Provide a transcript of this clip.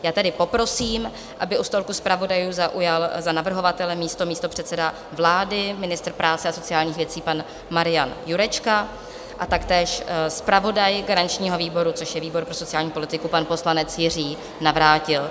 Já tedy poprosím, aby u stolku zpravodajů zaujal za navrhovatele místo místopředseda vlády, ministr práce a sociálních věcí, pan Marian Jurečka, a taktéž zpravodaj garančního výboru, což je výbor pro sociální politiku, pan poslanec Jiří Navrátil.